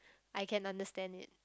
I can understand it